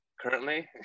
currently